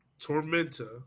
Tormenta